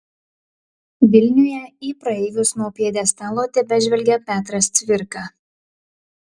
vilniuje į praeivius nuo pjedestalo tebežvelgia petras cvirka